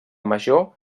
major